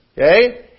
okay